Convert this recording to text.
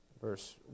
verse